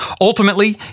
ultimately